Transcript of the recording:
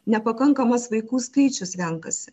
nepakankamas vaikų skaičius renkasi